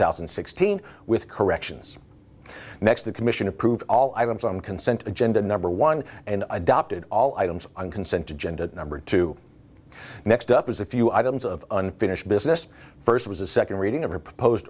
thousand and sixteen with corrections next the commission approved all items on consent agenda number one and adopted all items on consent agenda number two next up was a few items of unfinished business first was a second reading of a proposed